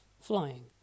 flying